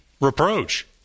reproach